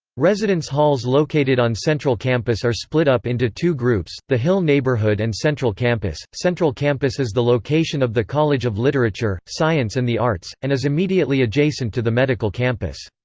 residence halls located on central campus are split up into two groups the hill neighborhood and central campus central campus is the location of the college of literature, science and the arts, and is immediately adjacent to the medical campus.